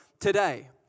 today